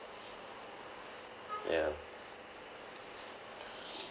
ya